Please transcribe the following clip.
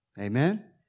Amen